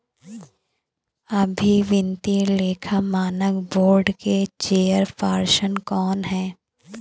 अभी वित्तीय लेखा मानक बोर्ड के चेयरपर्सन कौन हैं?